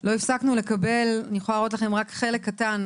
לא הפסקנו לקבל, אני יכולה להראות לכם רק חלק קטן